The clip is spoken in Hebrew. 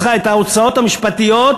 את ההוצאות המשפטיות,